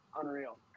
Unreal